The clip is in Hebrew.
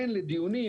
הן לדיונים,